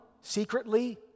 secretly